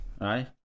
right